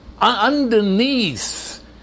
Underneath